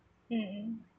mm mm